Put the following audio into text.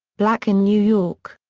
black in new york.